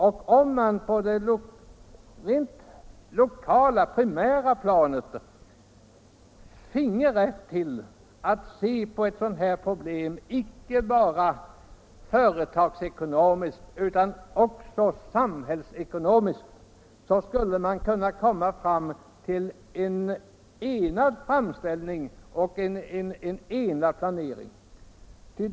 Om man på det lokala, rent primära planet finge rätt att se på ett sådant här problem icke bara företagsekonomiskt utan också samhällsekonomiskt, skulle man kunna komma fram till en enad framställning och en enad planering.